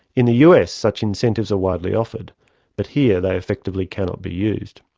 in the us such incentives are widely offered but here they effectively cannot be used.